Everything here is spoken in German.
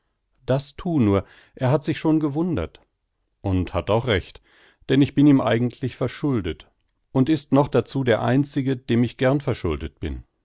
das thu nur er hat sich schon gewundert und hat auch recht denn ich bin ihm eigentlich verschuldet und ist noch dazu der einzige dem ich gern verschuldet bin